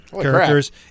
Characters